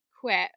quit